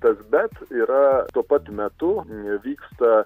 tas bet yra tuo pat metu vyksta